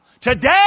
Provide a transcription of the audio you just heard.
Today